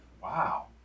Wow